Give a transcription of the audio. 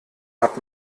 hat